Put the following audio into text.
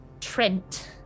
Trent